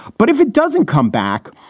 but if it doesn't come back,